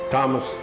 Thomas